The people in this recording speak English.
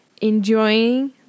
enjoying